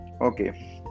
Okay